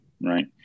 right